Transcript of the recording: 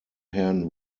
herrn